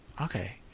Okay